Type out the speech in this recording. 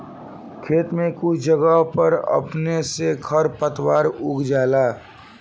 खेत में कुछ जगह पर अपने से खर पातवार उग जाला